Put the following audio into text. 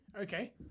okay